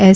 S